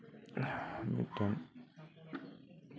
ᱢᱤᱫᱴᱮᱱ